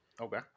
Okay